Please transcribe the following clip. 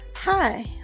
Hi